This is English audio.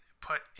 put